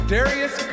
Darius